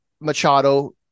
Machado